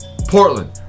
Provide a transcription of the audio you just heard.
Portland